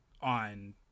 on